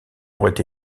auraient